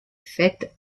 faites